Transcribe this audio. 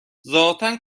ذاتا